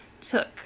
took